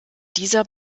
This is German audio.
dieser